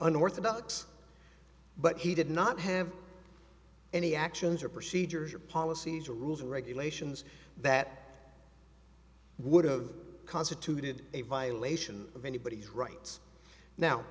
unorthodox but he did not have any actions or procedures or policies or rules or regulations that would have constituted a violation of anybody's rights now